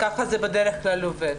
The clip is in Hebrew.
כך זה בדרך כלל עובד.